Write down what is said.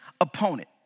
opponent